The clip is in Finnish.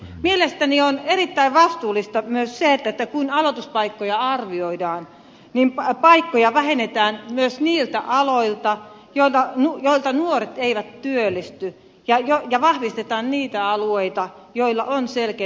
mielestäni on erittäin vastuullista myös se että kun aloituspaikkoja arvioidaan niin paikkoja vähennetään myös niiltä aloilta joilta nuoret eivät työllisty ja vahvistetaan niitä alueita joilla on selkeä työllistämistarve